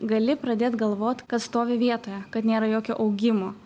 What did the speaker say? gali pradėt galvot kad stovi vietoje kad nėra jokio augimo